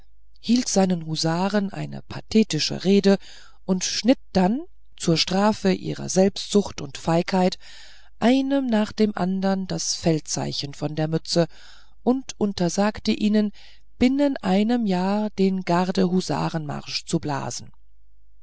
hielt seinen husaren eine pathetische rede und schnitt dann zur strafe ihrer selbstsucht und feigheit einem nach dem andern das feldzeichen von der mütze und untersagte ihnen auch binnen einem jahr den gardehusarenmarsch zu blasen